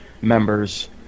members